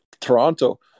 Toronto